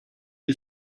you